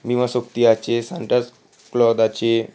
নিমা শক্তি আছে সান্টাস ক্লদ আছে